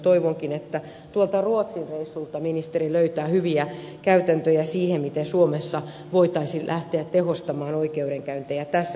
toivonkin että tuolta ruotsin reissulta ministeri löytää hyviä käytäntöjä siihen miten suomessa voitaisiin lähteä tehostamaan oikeudenkäyntejä tässä suhteessa